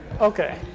Okay